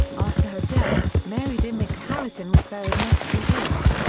after her death, mary dimmick harrison was buried next to him.